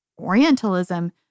orientalism